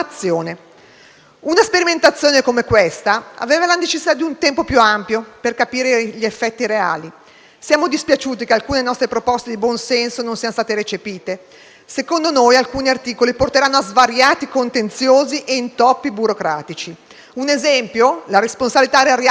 Una sperimentazione come questa avrebbe avuto la necessità di un tempo più ampio per capirne gli effetti reali. Siamo dispiaciuti che alcune nostre proposte di buon senso non siano state recepite. Secondo noi alcuni articoli porteranno a svariati contenziosi e intoppi burocratici. Un esempio? La responsabilità del RUP